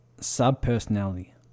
sub-personality